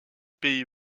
pays